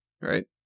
right